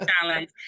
challenge